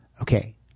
Okay